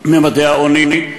ממדי העוני.